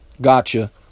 Gotcha